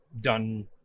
done